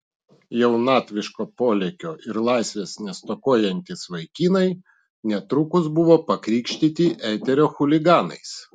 jaunatviško polėkio ir laisvės nestokojantys vaikinai netrukus buvo pakrikštyti eterio chuliganais